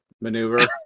maneuver